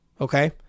Okay